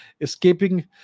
escaping